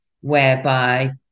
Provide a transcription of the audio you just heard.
whereby